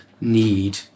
need